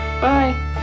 Bye